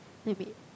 wait wait